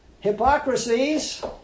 hypocrisies